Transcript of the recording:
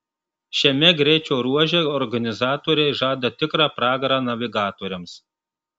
šiame greičio ruože organizatoriai žada tikrą pragarą navigatoriams